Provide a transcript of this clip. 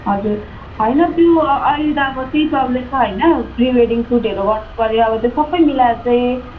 हजुर होइन त्यो अहिले त अब त्यही चल्दैछ होइन प्री वेडिङ सुटहरू गर्नु पर्यो अब त्यो सबै मिलाएर चाहिँ